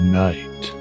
night